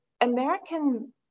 American